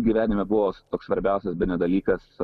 gyvenime buvo svarbiausias bene dalykas